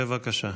בבקשה.